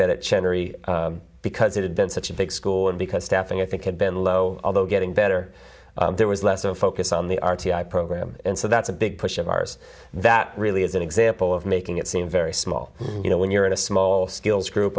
sherry because it had been such a big school and because staffing i think had been low although getting better there was less of a focus on the r t i program and so that's a big push of ours that really is an example of making it seem very small and you know when you're in a small skills group